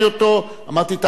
אמרתי: תעלה את כל הנושא.